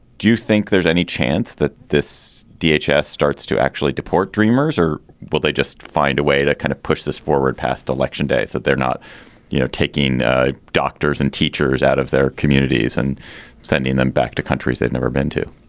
do you think there's any chance that this dhs starts to actually deport dreamers or will they just find a way to kind of push this forward path to election day. that they're not you know taking ah doctors and teachers out of their communities and sending them back to countries that never been to